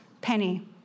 penny